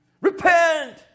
Repent